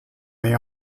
may